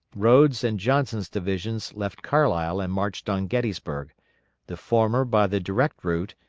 rodes' and johnson's divisions left carlisle and marched on gettysburg the former by the direct route,